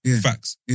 Facts